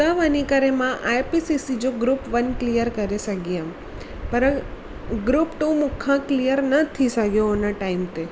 त वञी करे मां आईपीसीसी जो ग्रूप वन क्लिअर करे सघी हुयमि पर ग्रूप टू मूंखां क्लिअर न थी सघियो हुन टाइम ते